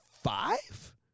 five